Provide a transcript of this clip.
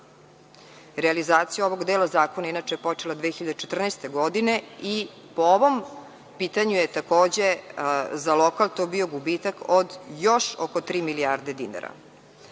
Realizacija ovog dela zakona inače, počela je 2014. godine i po ovom pitanju je takođe za lokal bio gubitak još oko tri milijarde dinara. Dalje,